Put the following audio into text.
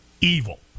evil